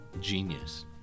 Genius